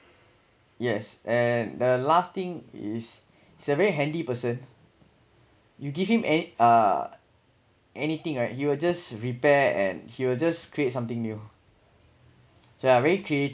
yes and the last thing is he's a very handy person you give him any uh anything right he will just repair and he will just create something new he's uh very creat~